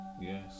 Yes